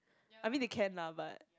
I mean they can lah but